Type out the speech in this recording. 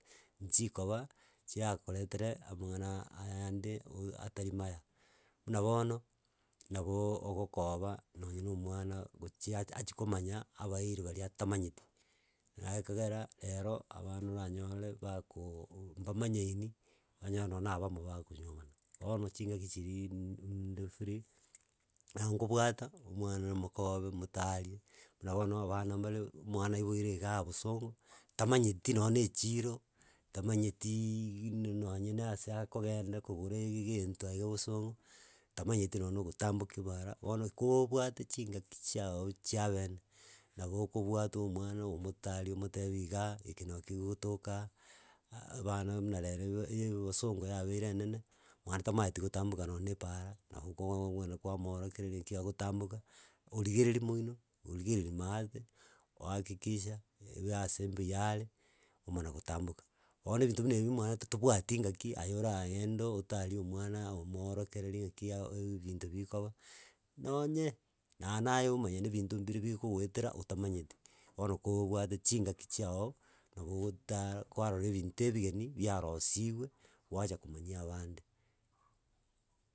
Nchikoba chia koretere amang'ana ayande oo ataria maya, muna bono nabo ogokoba nonye na omwana gochia achie komanya abairi baria atamanyeti, naye kegera rero abana oranyore bakoooo mbamanyaini, onye noone na abamo bakonyiomana. Bono chinga'ki chiria nnn ninde free, na nkobwata omwana nimokobe nmotarie muna bono abana mbare, omwana aiboire iga bosongo tamanyeti noone echiro, tamanyetiiiii igini nonye na ase akogenda kogora egegento aiga bosongo, tamanyeti noone ogotamboka ebara, bono kobwate chingaki chiago chia bene, nabo okobwata omwana omotari omotebi igaa eke noo kegotoka. aa abana muna rero ebe ere bosongo yabeire enene, mwana tamaeti gotamboka noone ebara, nabo kwamoorokereria naki agotamboka, origereria moino origereria maate, oakikisha ebu ase mbuya are, omana gotamboka. Bono ebinto buna ebio omwaete tobwati ngaki aye oragende otarie omwana omoorokererie ng'aki ya ebinto bikoba nonye, naaa naye omonyene, ebinto mbiri bikogoetera otamanyeti bono kobwate chingaki chiago nabo ogotara kwarora ebinto ebigeni biarosiwe gwacha komanyia abande.